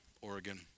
Oregon